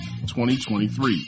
2023